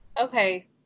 Okay